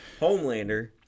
Homelander